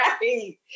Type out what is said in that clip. Right